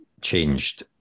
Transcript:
changed